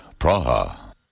Praha